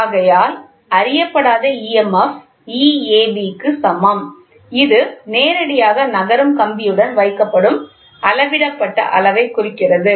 ஆகையால் அறியப்படாத emf Eab சமம் இது நேரடியாக நகரும் கம்பியுடன் வைக்கப்படும் அளவிடப்பட்ட அளவைக் குறிக்கிறது